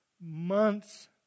months